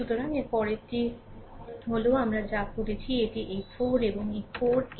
সুতরাং এর পরেরটি হল আমরা যা করেছি এটি এই 4 এবং 4 8